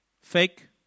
fake